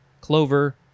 clover